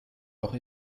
auch